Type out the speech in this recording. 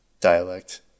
Dialect